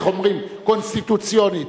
איך אומרים: קונסטיטוציונית,